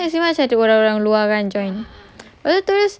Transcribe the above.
ah kan masa tu ada orang-orang luar juga join